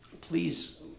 Please